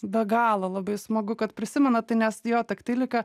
be galo labai smagu kad prisimenat tai nes jo taktilika